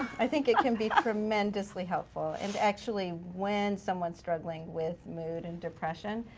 i think it can be tremendously helpful. and actually when someone's struggling with mood and depression,